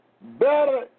better